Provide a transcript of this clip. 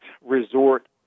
resort